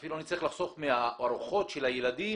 אני צריך לחסוך מהארוחות של הילדים